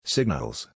Signals